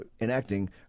enacting